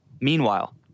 Meanwhile